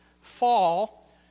fall